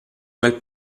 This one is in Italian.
quel